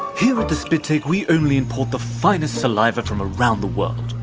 here at the spit take, we only import the finest saliva from around the world,